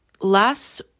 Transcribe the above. last